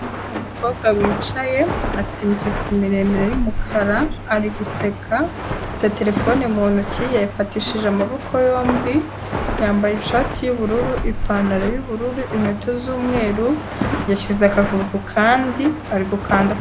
Umukobwa wicaye afite imisatsi miremire y'umukara ari guseka afite terefone mu ntoki yafatishije amaboko yombi yambaye ishati y'ubururu ipantaro y'ubururu inkweto z'umweru yashyize akaguru ku kandi ari gukanda.